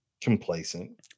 complacent